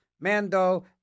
Mando